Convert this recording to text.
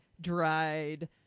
dried